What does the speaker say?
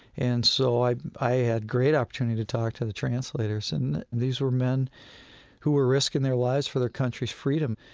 and so i i had great opportunity to talk to the translators. and these were men who were risking their lives for their country's freedom.